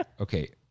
Okay